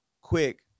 quick